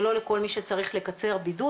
ולא לכל מי שצריך לקצר בידוד.